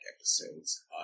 episodes